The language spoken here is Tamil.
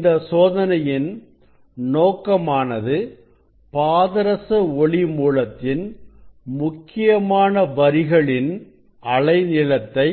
இந்த சோதனையின் நோக்கமானது பாதரச ஒளி மூலத்தின் முக்கியமான வரிகளின் அலை நீளத்தை